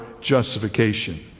justification